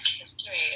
history